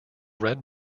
red